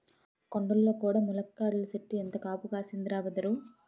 కొండల్లో కూడా ములక్కాడల సెట్టు ఎంత కాపు కాస్తందిరా బదరూ